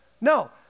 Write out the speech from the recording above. No